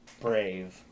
Brave